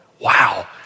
wow